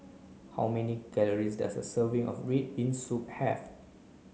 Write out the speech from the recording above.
how many calories does a serving of red bean soup have